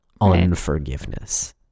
unforgiveness